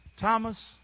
Thomas